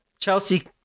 chelsea